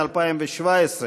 התשע"ז 2017,